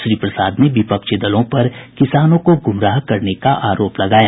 श्री प्रसाद ने विपक्षी दलों पर किसानों को गुमराह करने का आरोप लगाया